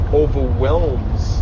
overwhelms